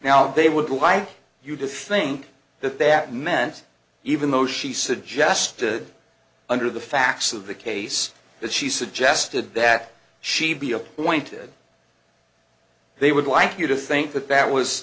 now they would like you to think that that meant even though she suggested under the facts of the case that she suggested that she be appointed they would like you to think that that was